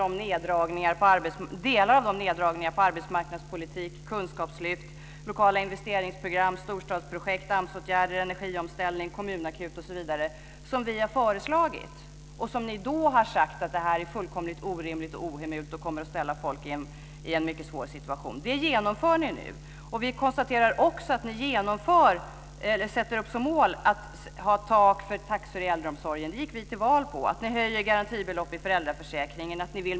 Detta är då sådant som ni då har sagt är fullkomligt orimligt och ohemult och kommer att ställa folk i en mycket svår situation. Det här genomför ni nu.